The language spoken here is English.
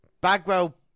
Bagwell